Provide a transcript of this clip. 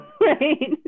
right